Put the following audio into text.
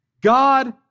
God